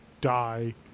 die